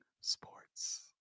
Sports